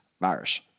Virus